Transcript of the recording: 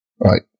Right